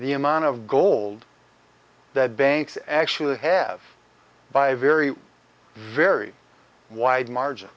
the amount of gold that banks actually have by a very very wide margin